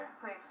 Please